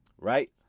Right